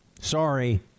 sorry